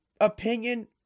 opinion